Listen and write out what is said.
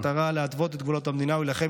במטרה להתוות את גבולות המדינה ולהילחם